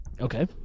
okay